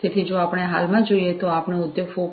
તેથી જો આપણે હાલમાં જોઈએ તો આપણે ઉદ્યોગ 4